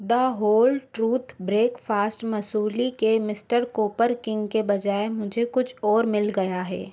the Whole Truth breakfast muesli के Mister Copper King के बजाय मुझे कुछ और मिल गया है